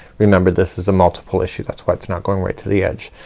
remember, this is a multiple issue. that's why it's not going right to the edge.